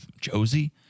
Josie